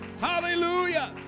hallelujah